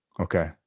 okay